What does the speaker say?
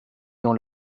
dans